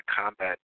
combat